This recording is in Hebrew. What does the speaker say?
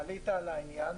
בהחלט עלית על העניין.